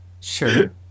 Sure